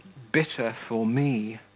bitter for me.